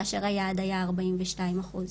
כאשר היעד היה ארבעים ושתיים אחוז.